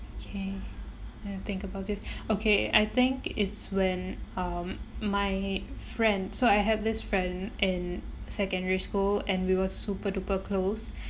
okay I think about it okay I think it's when um my friend so I had this friend in secondary school and we were super duper close